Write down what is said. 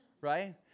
right